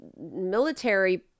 military